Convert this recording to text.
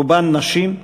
רובם נשים,